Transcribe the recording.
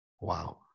Wow